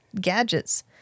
gadgets